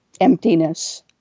emptiness